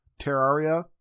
Terraria